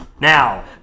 Now